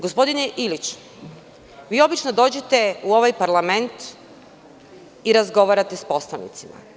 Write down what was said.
Gospodine Iliću, vi obično dođete u ovaj parlament i razgovarate sa poslanicima.